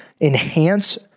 enhance